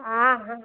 आं हाँ